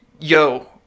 Yo